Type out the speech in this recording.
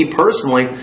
personally